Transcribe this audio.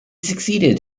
succeeded